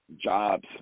jobs